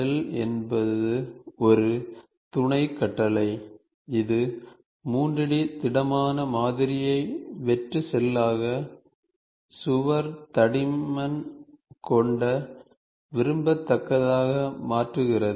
shell என்பது ஒரு துணை கட்டளை இது 3 D திடமான மாதிரியை வெற்று ஷெல்லாக சுவர் தடிமன் கொண்ட விரும்பத்தக்கதாக மாற்றுகிறது